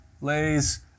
lays